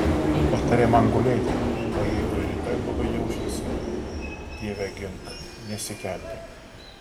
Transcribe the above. patarė man gulėti o jeigu ir rytoj blogai jausiuosi dieve gink nesikelti